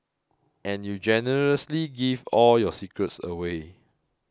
and you generously give all your secrets away